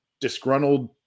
disgruntled